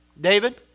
David